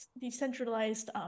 decentralized